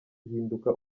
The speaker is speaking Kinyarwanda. ihinduka